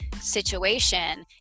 situation